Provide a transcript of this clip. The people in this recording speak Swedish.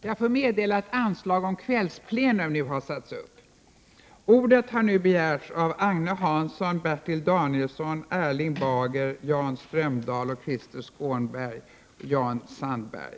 Jag får meddela att anslag nu har satts upp om att detta sammanträde skall fortsätta efter kl. 19.00.